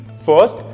first